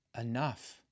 enough